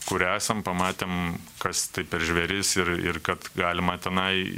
kur esam pamatėm kas tai per žvėris ir ir kad galima tenai